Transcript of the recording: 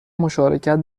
مشارکت